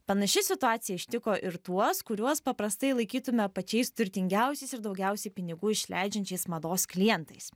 panaši situacija ištiko ir tuos kuriuos paprastai laikytume pačiais turtingiausiais ir daugiausiai pinigų išleidžiančiais mados klientais